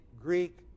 Greek